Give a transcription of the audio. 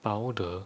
powder